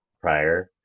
prior